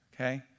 Okay